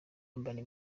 urban